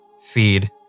feed